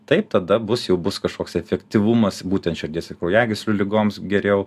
taip tada bus jau bus kažkoks efektyvumas būtent širdies ir kraujagyslių ligoms geriau